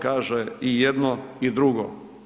Kaže, i jedno i drugo.